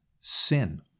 sin